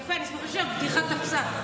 יפה, אני שמחה שהבדיחה תפסה.